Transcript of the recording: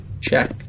Check